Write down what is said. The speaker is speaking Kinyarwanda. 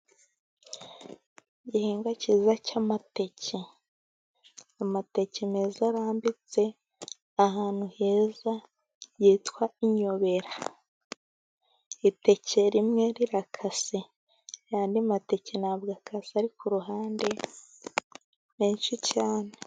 Igihingwa cyiza cy'amateke, amateke meza arambitse ahantu heza yitwa inyobera. Iteke rimwe rikase, andi mateke ntabwo akase ari kuruhande ni menshi cyane.